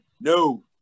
No